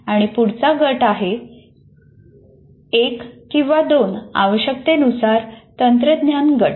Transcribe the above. आणि पुढचा गट आहे एक किंवा दोन आवश्यकतेनुसार तंत्रज्ञान गट